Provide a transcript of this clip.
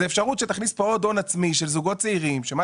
זה אפשרות שתכניס פה עוד הון עצמי של זוגות צעירים שמה